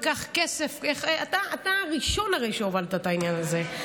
הרי אתה הראשון שהובלת את העניין הזה.